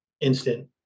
instant